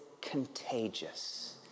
contagious